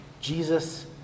Jesus